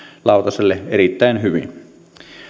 lautaselle erittäin hyvin